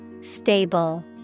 Stable